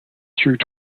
through